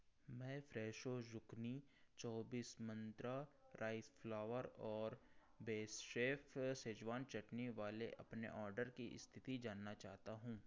मैं Fresho zucchini चौबीस Mantra rice flour और बेशेफ़ शेज़वान चटनी वाले अपने ऑर्डर की स्थिति जानना चाहता हूँ